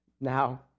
Now